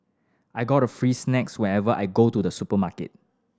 I got free snacks whenever I go to the supermarket